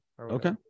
Okay